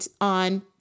on